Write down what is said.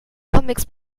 comics